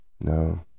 No